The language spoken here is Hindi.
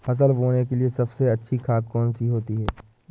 फसल बोने के लिए सबसे अच्छी खाद कौन सी होती है?